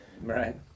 Right